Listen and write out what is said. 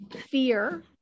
fear